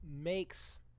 makes